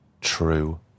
true